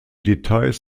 details